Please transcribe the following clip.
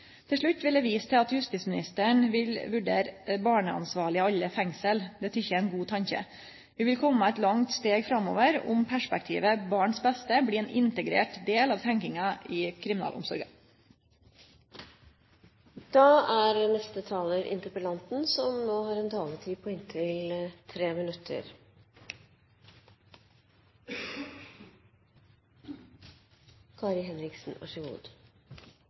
Til slutt vil eg vise til at justisministaren vil vurdere barneansvarlege i alle fengsel. Det tykkjer eg er ein god tanke. Vi vil kome eit langt steg framover om perspektivet barns beste blir ein integrert del av tenkinga i kriminalomsorga. Takk til debattantene som har ytret seg i denne saken. Jeg synes det har vært en veldig god